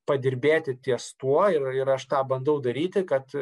padirbėti ties tuo ir ir aš tą bandau daryti kad